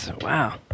Wow